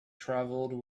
travelled